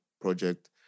project